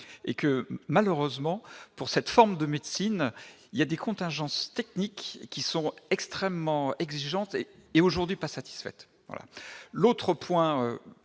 et que malheureusement pour cette forme de médecine, il y a des contingences techniques qui sont extrêmement exigeante et aujourd'hui pas satisfaites, voilà l'autre point